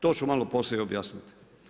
To ću malo poslije i objasniti.